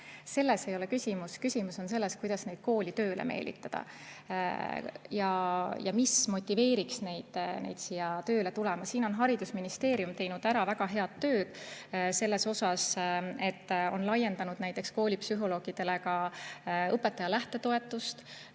selles ei ole küsimus. Küsimus on selles, kuidas neid kooli tööle meelitada ja mis motiveeriks neid siia tööle tulema. Siin on haridusministeerium teinud väga head tööd selles osas, et on laiendanud näiteks koolipsühholoogidele ka õpetaja lähtetoetust.